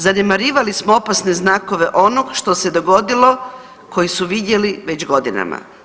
Zanemarivali smo opasne znakove onog što se dogodilo koji su vidjeli već godinama.